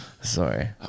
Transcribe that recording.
sorry